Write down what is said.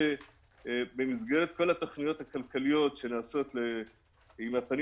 במסגרת כל התוכניות הכלכליות שנעשות עם הפנים